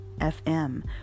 FM